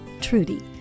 Trudy